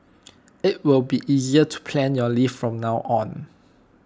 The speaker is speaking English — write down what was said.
IT will be easier to plan your leave from now on